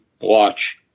watch